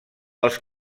els